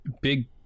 big